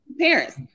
parents